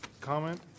comment